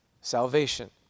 salvation